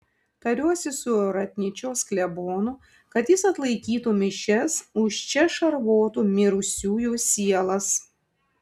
tariuosi su ratnyčios klebonu kad jis atlaikytų mišias už čia šarvotų mirusiųjų sielas